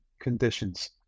conditions